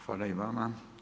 Hvala i vama.